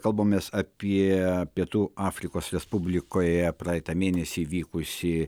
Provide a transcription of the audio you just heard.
kalbamės apie pietų afrikos respublikoje praeitą mėnesį vykusį